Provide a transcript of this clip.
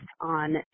on